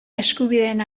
eskubideen